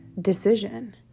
decision